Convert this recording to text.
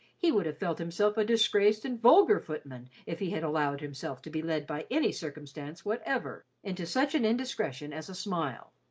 he would have felt himself a disgraced and vulgar footman if he had allowed himself to be led by any circumstance whatever whatever into such an indiscretion as a smile.